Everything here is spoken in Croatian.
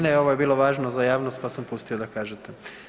Ne, ne, ovo je bilo važno za javnost pa sam pustio da kažete.